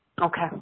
Okay